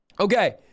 Okay